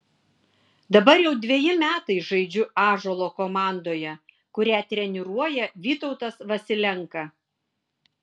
dabar jau dveji metai žaidžiu ąžuolo komandoje kurią treniruoja vytautas vasilenka